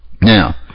Now